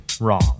Wrong